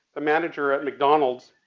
the manager at mcdonald's,